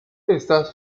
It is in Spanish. estas